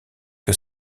que